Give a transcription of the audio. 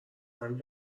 همین